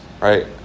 right